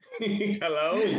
Hello